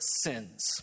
sins